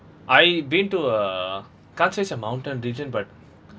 I been to a can't say it's a mountain region but